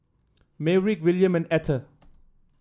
Maverick William and Etter